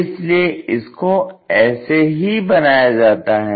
इसलिए इसको ऐसे ही बनाया जाता है